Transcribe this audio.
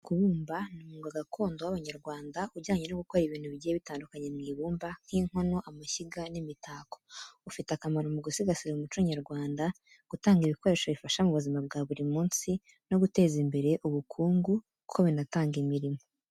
Kubumba ni umwuga gakondo w’Abanyarwanda ujyanye no gukora ibintu bigiye bitandukanye mu ibumba, nk’inkono, amashyiga, n’imitako. Ufite akamaro mu gusigasira umuco nyarwanda, gutanga ibikoresho bifasha mu buzima bwa buri munsi, no guteza imbere ubukungu kuko binatanga imirimo.